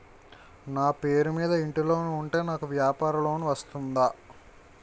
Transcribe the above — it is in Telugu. నా పేరు మీద ఇంటి లోన్ ఉంటే నాకు వ్యాపార లోన్ వస్తుందా?